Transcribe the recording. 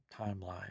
timeline